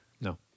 no